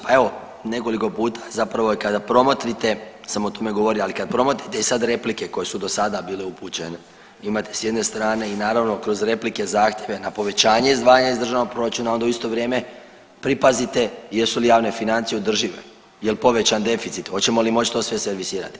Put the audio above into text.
Pa evo, nekoliko puta zapravo, kada promotrite sam o tome govorio ali kad promotrite i sad replike koje su do sada bile upućene, imate s jedne strane i naravno kroz replike, zahtjeve na povećanje izdvajanja iz državnog proračuna, onda u isto vrijeme, pripazite jesu li javne financije održive, jel povećan deficit, hoćemo li moć to sve servisirat.